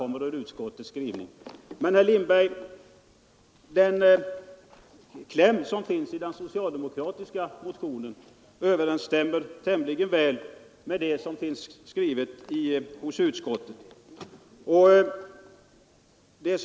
Men, herr Lindberg, den kläm som finns i den socialdemokratiska motionen överensstämmer tämligen väl med vad utskottet skrivit.